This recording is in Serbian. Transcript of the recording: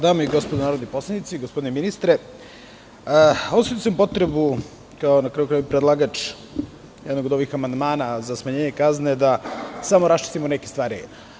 Dame i gospodo narodni poslanici, gospodine ministre, osetio sam potrebu kao predlagač jednog od ovih amandmana za smanjenje kazne, da samo raščistimo neke stvari.